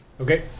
Okay